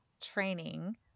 training